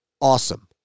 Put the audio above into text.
awesome